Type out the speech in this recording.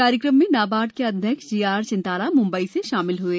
कार्यक्रम में नाबार्ड के अध्यक्ष जीआर चिंताला मुम्बई भी शामिल हुए